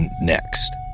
next